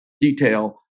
detail